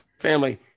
Family